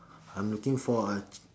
I'm looking for uh